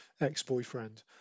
ex-boyfriend